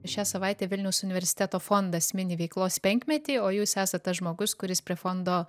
šią savaitę vilniaus universiteto fondas mini veiklos penkmetį o jūs esat tas žmogus kuris prie fondo